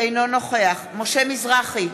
אינו נוכח משה מזרחי,